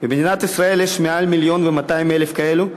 במדינת ישראל יש מעל מיליון ו-200,000 כאלה.